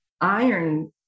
iron